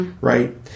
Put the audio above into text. Right